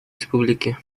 республики